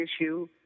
issue